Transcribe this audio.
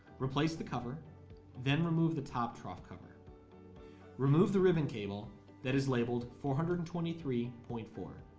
replace the cover then remove the top trough cover remove the ribbon cable that is labeled four hundred and twenty three point for